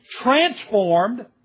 transformed